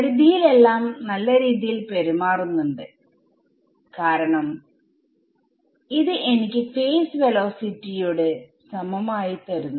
പരിധിയിൽ എല്ലാം നല്ല രീതിയിൽ പെരുമാറുന്നുണ്ട് കാരണം ഇത് എനിക്ക് ഫേസ് വെലോസിറ്റിc യോട് സമമായി തരുന്നു